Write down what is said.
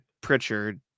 Pritchard